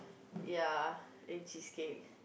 ya eat cheesecake